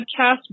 podcast